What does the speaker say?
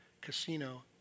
casino